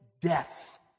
death